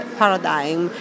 paradigm